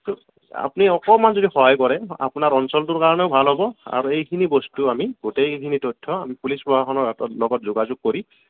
ত' আপুনি অকণমান যদি সহায় কৰে আপোনাৰ অঞ্চলটোৰ কাৰণেও ভাল হ'ব আৰু এইখিনি বস্তু আমি গোটেইখিনি তথ্য আমি পুলিচ প্ৰশাসনৰ হাতত লগত যোগাযোগ কৰি